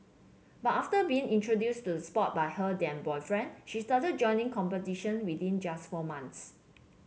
but after being introduced to the sport by her then boyfriend she started joining competition within just four months